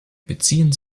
beziehen